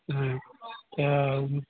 हँ तऽ